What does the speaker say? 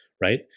right